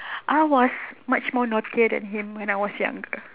I was much more naughtier than him when I was younger